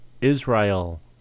israel